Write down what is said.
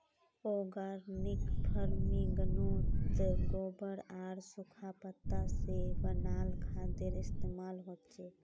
organic फर्मिन्गोत गोबर आर सुखा पत्ता से बनाल खादेर इस्तेमाल होचे